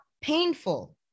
painful